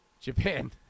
Japan